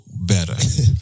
better